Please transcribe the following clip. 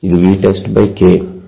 ఇది VtestK